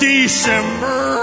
December